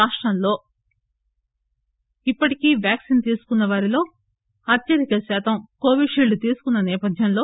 రాష్టంలో ఇప్పటికి వ్యాక్సిన్ తీసుకున్న వారిలో అత్యధిక శాతం కొవిషీల్డ్ తీసుకున్న నేపథ్యంలో